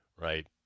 right